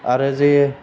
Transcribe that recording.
आरो जे